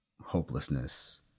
hopelessness